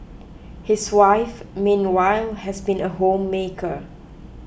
his wife meanwhile has been a homemaker